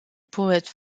poète